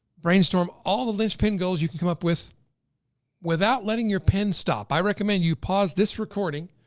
brainstorm all the linchpin goals you can come up with without letting your pen stop. i recommend you pause this recording.